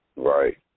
Right